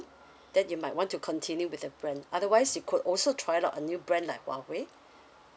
then you might want to continue with the brand otherwise you could also tried out a new brand like huawei